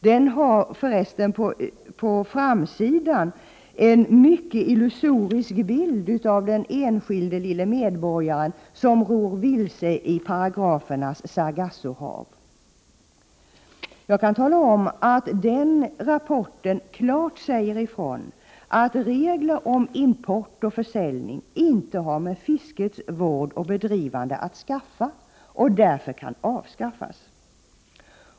Den rapporten har på framsidan en mycket illusorisk bild av den enskilde, lille medborgaren som går vilse i paragrafernas Sargassohav. Rapporten säger klart ifrån att regler om import och försäljning inte har med fiskets vård och bedrivande att göra och därför kan avskaffas.